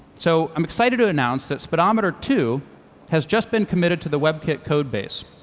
so i'm excited to announce that speedometer two has just been committed to the webkit codebase.